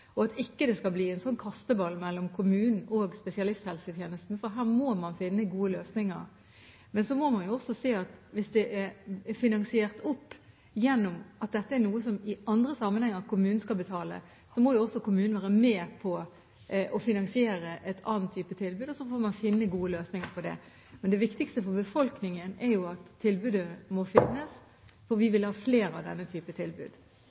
og at det ikke skal bli en kasteball mellom kommunen og spesialisthelsetjenesten. Her må man finne gode løsninger. Men man må også se at hvis det er finansiert opp gjennom at dette er noe som kommunen skal betale i andre sammenhenger, må jo også kommunen være med på å finansiere en annen type tilbud, og så får man finne gode løsninger på det. Det viktigste for befolkningen er at tilbudet må finnes, for vi vil ha flere av denne typen tilbud.